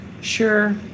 Sure